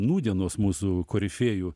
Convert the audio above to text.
nūdienos mūsų korifėjų